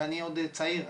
ואני עוד צעיר,